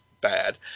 bad